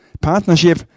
partnership